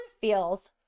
feels